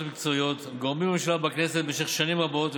מקצועיות וגורמים בממשלה ובכנסת במשך שנים רבות,